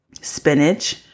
spinach